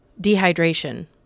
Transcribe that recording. dehydration